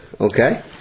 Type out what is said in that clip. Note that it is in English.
Okay